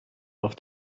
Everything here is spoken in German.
auf